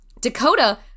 Dakota